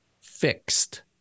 fixed